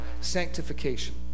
sanctification